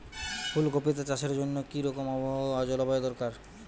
ফুল কপিতে চাষের জন্য কি রকম আবহাওয়া ও জলবায়ু দরকার?